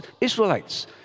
Israelites